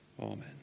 Amen